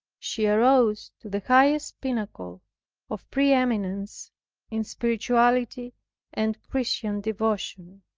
she arose to the highest pinnacle of pre-eminence in spirituality and christian devotion.